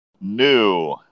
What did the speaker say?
new